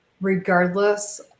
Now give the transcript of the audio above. Regardless